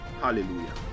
hallelujah